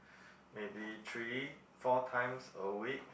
maybe three four times a week